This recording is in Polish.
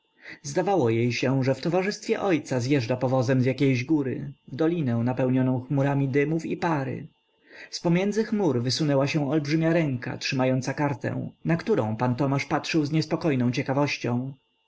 zdawało jej się że w towarzystwie ojca zjeżdża powozem z jakiejś góry w dolinę napełnioną chmurami dymów i pary zpomiędzy chmur wysunęła się olbrzymia ręka trzymająca kartę na którą pan tomasz patrzył z niespokojną ciekawością